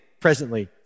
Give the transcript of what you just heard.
presently